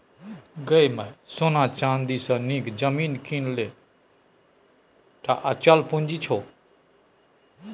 गै माय सोना चानी सँ नीक जमीन कीन यैह टा अचल पूंजी छौ